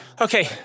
Okay